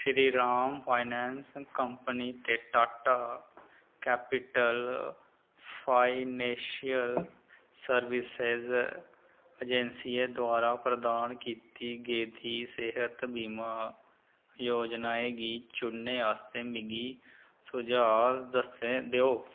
Shriram finance company ते Tata capital financial services एजेंसियें द्वारा प्रदान कीती गेदी सेह्त बीमा योजनाएं गी चुनने आस्तै मिगी सुझाऽ दस्स देओ